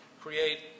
create